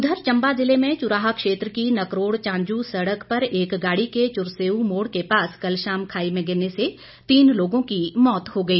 उधर चंबा ज़िले में चुराह क्षेत्र के नकरोड़ चांजू सड़क पर एक गाड़ी के चुरसेऊ मोड़ के पास कल शाम खाई में गिरने से तीन लोगों की मौत हो गई